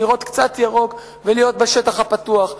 לראות קצת ירוק ולהיות בשטח הפתוח.